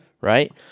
Right